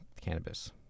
cannabis